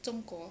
中国